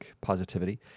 Positivity